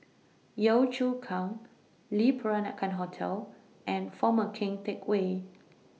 Yio Chu Kang Le Peranakan Hotel and Former Keng Teck Whay